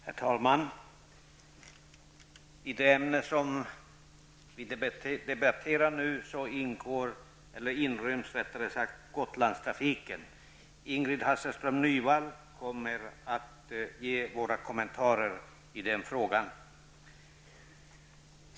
Herr talman! I det som vi nu debatterar inryms också Gotlandstrafiken. Ingrid Hasselström Nyvall kommer att ge våra kommentarer i den frågan.